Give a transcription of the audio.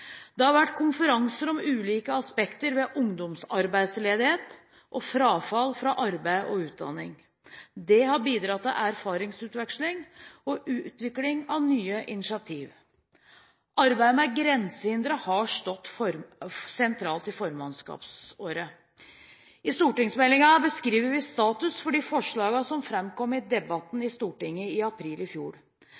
Det har vært konferanser om ulike aspekter ved ungdomsledighet og frafall fra arbeid og utdanning. Dette har bidratt til erfaringsutveksling og utvikling av nye initiativ. Arbeidet med grensehindre har stått sentralt i formannskapsåret. I stortingsmeldingen beskriver vi status for de forslag som framkom i debatten